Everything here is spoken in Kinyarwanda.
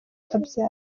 abyara